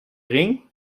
ring